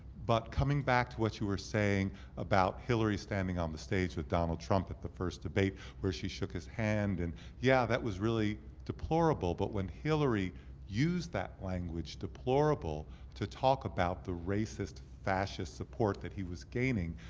but coming back to what you were saying about hillary standing on the stage with donald trump at the first debate, where she shook his hand. and yeah, that was really deplorable, but when hillary used that language, deplorable to talk about the racist, fascist support that he was gaining,